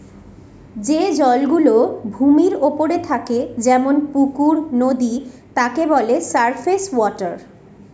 যে জল গুলো ভূমির ওপরে থাকে যেমন পুকুর, নদী তাকে বলে সারফেস ওয়াটার